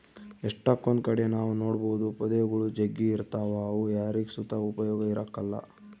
ಎಷ್ಟಕೊಂದ್ ಕಡೆ ನಾವ್ ನೋಡ್ಬೋದು ಪೊದೆಗುಳು ಜಗ್ಗಿ ಇರ್ತಾವ ಅವು ಯಾರಿಗ್ ಸುತ ಉಪಯೋಗ ಇರಕಲ್ಲ